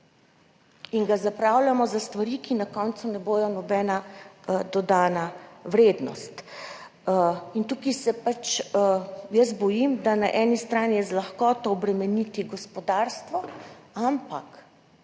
in ga zapravljamo za stvari, ki na koncu ne bodo nobena dodana vrednost. Tukaj se bojim, da je na eni strani z lahkoto obremeniti gospodarstvo, ampak